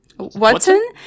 Watson